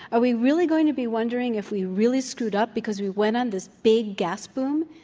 are we really going to be wondering if we really screwed up because we went on this big gas boom?